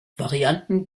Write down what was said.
varianten